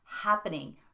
happening